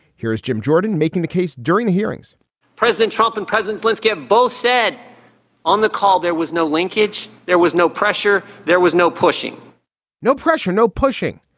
here's jim jordan making the case during the hearings president trump and presense, let's get both said on the call. there was no linkage. there was no pressure. there was no pushing no pressure. no pushing,